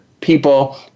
people